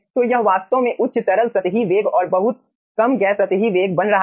तो यह वास्तव में उच्च तरल सतही वेग और बहुत कम गैस सतही वेग बन रहा है